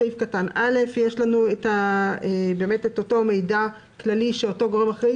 בתקנת משנה (א) יש את המידע הכללי שהגורם האחראי